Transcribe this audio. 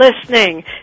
listening